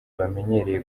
bamenyereye